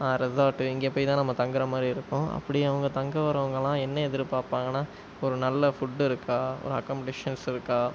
resort இங்கே போய் தான் நம்ம தங்குகிற மாதிரி இருக்கும் அப்படி அவங்கள் தங்க வரவங்கலாம் என்ன எதிர்பாப்பாங்கன்னா ஒரு நல்ல ஃபுட் இருக்கா ஒரு அக்கம்டேஷன்ஸ் இருக்கா